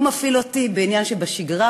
הוא מפעיל אותי כעניין שבשגרה,